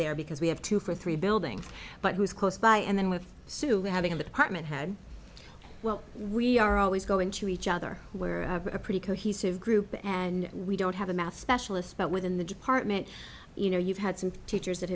there because we have two for three buildings but who is close by and then with sue having the department head well we are always go into each other we're pretty cohesive group and we don't have a math specialist but within the department you know you've had some teachers that